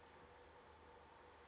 okay